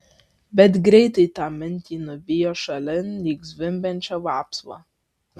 bet greitai tą mintį nuvijo šalin lyg zvimbiančią vapsvą